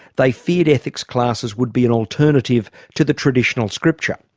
they feared ethics classes would be an alternative to the traditional scripture,